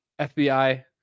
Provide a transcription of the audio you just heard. FBI